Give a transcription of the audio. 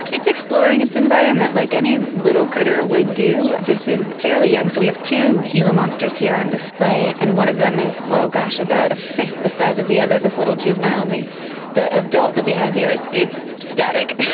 it's exploring its environment, like any little critter would do. this is fairly young. so we have two gila monsters here on display and one of them is, oh gosh, about a fifth the size of the other, this little juvenile. and the the adult that we have here, it's static.